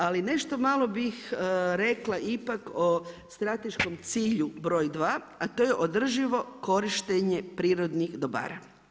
Ali nešto malo bih rekla ipak o strateškom cilju broj 2, a to je održivo korištenje prirodnih dobara.